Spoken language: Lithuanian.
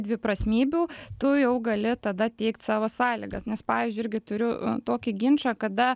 dviprasmybių tu jau gali tada teikt savo sąlygas nes pavyzdžiui irgi turiu tokį ginčą kada